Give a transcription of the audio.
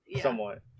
Somewhat